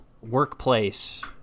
workplace